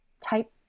type